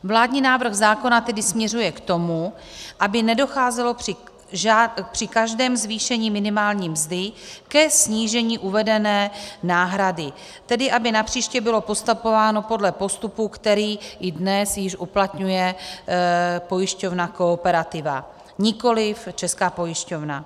Vládní návrh zákona tedy směřuje k tomu, aby nedocházelo při každém zvýšení minimální mzdy ke snížení uvedené náhrady, tedy aby napříště bylo postupováno podle postupu, který i dnes uplatňuje pojišťovna Kooperativa, nikoliv Česká pojišťovna.